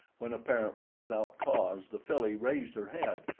when apparently without cause, the filly raised her head,